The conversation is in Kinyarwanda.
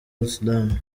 sudan